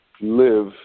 live –